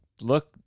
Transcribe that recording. look